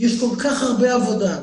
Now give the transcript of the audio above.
יש כל כך הרבה עבודה.